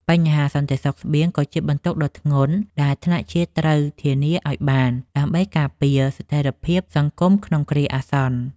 បញ្ហាសន្តិសុខស្បៀងក៏ជាបន្ទុកដ៏ធ្ងន់ដែលថ្នាក់ជាតិត្រូវធានាឱ្យបាន ដើម្បីការពារស្ថិរភាពសង្គមក្នុងគ្រាអាសន្ន។